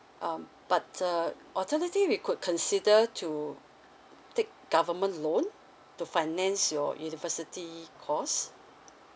um but uh alternatively you could consider to take government loan to finance your university course